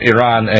Iran